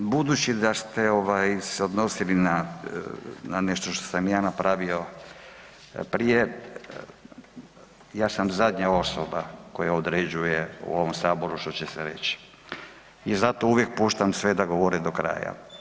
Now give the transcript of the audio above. Budući da ste ovaj se odnosili na, ne nešto što sam ja napravio prije, ja sam zadnja osoba koja određuje u ovom saboru što će se reći i zato uvijek puštam sve da govore do kraja.